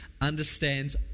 understands